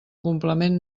complement